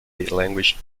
language